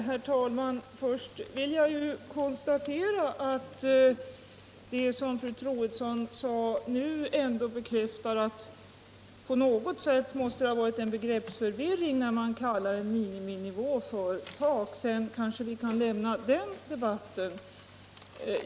Herr talman! Först vill jag konstatera att det som fru Troedsson sade nu bekräftar att det på något sätt måste ha varit en begreppsförvirring, för det är det ju att kalla en miniminivå för ett tak. Sedan kanske vi kan lämna den frågan.